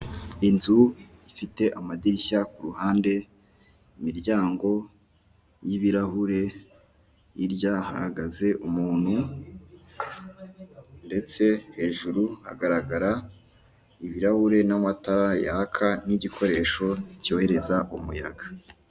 Inzu ifite amadirishya ku ruhande, imiryango y'ibirahure, hirya hagaze umuntu, ndetse hejuru hagaragara ibirahure n'amatara yaka n'igikoresho cyohereza umuyaga.